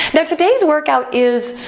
now, today's workout is,